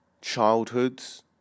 childhoods